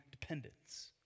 dependence